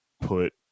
put